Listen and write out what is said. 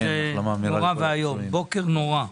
נורא ואיום, בוקר נורא.